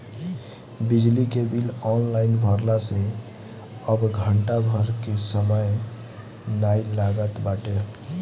बिजली के bill online भरला से अब घंटा भर के समय नाइ लागत बाटे